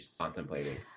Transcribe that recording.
contemplating